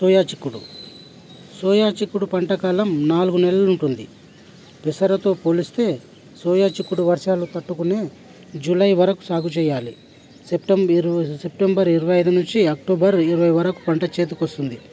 soya చిక్కుడు soya చిక్కుడు పంటకాలం నాలుగు నెలలు ఉంటుంది పెసరతో పోలిస్తే సోయా చిక్కుడు వర్షాలు తట్టుకునే జులై వరకు సాగు సెప్టెంబరు సెప్టెంబరు ఇరవై ఐదు నుంచి అక్టోబర్ ఇరవై వరకు పంట చేతికి వస్తుంది